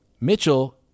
Mitchell